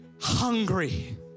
hungry